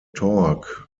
torque